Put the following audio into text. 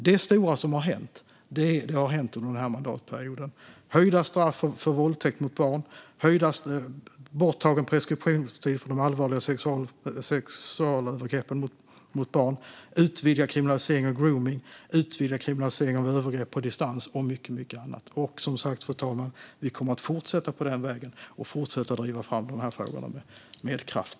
Det stora som har hänt har alltså hänt under den här mandatperioden: höjda straff för våldtäkt mot barn, borttagen preskriptionstid för de allvarligaste sexualövergreppen mot barn, utvidgad kriminalisering av gromning, utvidgad kriminalisering av övergrepp på distans och mycket annat. Vi kommer som sagt att fortsätta på den vägen, fru talman, och vi kommer att fortsätta driva dessa frågor med kraft.